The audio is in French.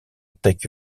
teck